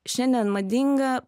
šiandien madinga